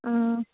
ꯎꯝ